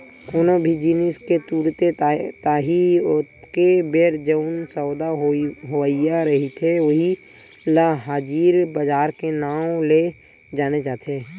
कोनो भी जिनिस के तुरते ताही ओतके बेर जउन सौदा होवइया रहिथे उही ल हाजिर बजार के नांव ले जाने जाथे